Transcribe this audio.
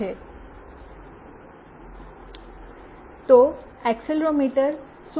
તો એક્સેલરોમીટર શું છે